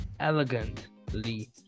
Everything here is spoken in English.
elegantly